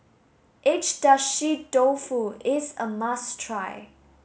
Agedashi Dofu is a must try